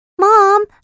Mom